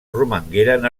romangueren